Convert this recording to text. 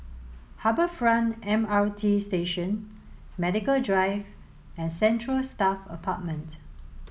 Harbour Front M R T Station Medical Drive and Central Staff Apartment